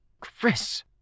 Chris